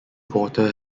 porter